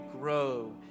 grow